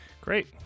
Great